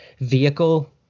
vehicle